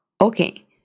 Okay